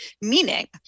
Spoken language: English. meaning